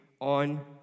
on